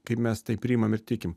kaip mes tai priimam ir tikim